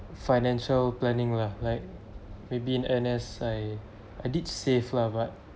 financial planning lah like maybe in N_S I I did save lah but